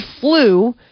flew